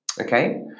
Okay